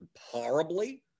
horribly